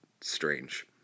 strange